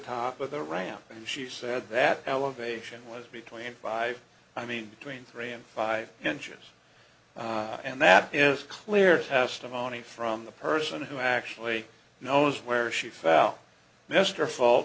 of the ramp and she said that elevation was between five i mean tween three and five inches and that is clear testimony from the person who actually knows where she fell mr fult